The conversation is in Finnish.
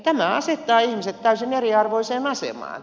tämä asettaa ihmiset täysin eriarvoiseen asemaan